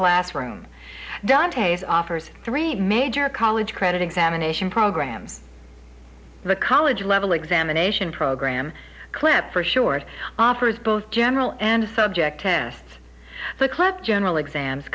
classroom dantes offers three major college credit examination program the college level examination program clip for short offers both general and subject tests the clip general exams